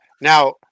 Now